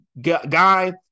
Guy